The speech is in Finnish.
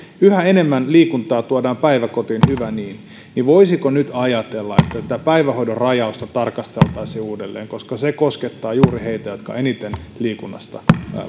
yhä enemmän liikuntaa tuodaan päiväkotiin ja hyvä niin niin voisiko nyt ajatella että tätä päivähoidon rajausta tarkasteltaisiin uudelleen se koskettaa juuri heitä jotka eniten liikunnasta